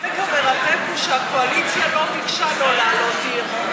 החלק המרתק הוא שהקואליציה לא ביקשה לא להעלות אי-אמון,